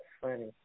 Funny